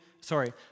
sorry